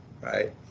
right